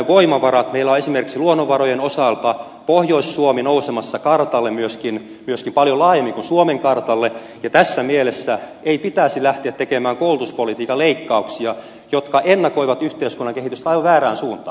meillä on esimerkiksi luonnonvarojen osalta pohjois suomi nousemassa kartalle myöskin paljon laajemmin kuin suomen kartalle ja tässä mielessä ei pitäisi lähteä tekemään koulutuspolitiikan leikkauksia jotka ennakoivat yhteiskunnan kehitystä aivan väärään suuntaan